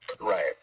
Right